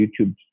YouTube